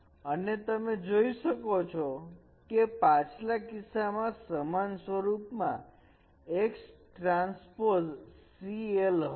અને તમે જોઈ શકો છો કે પાછલા કિસ્સામાં સમાન સ્વરૂપમાં x ટ્રાન્સપોઝ CL હતું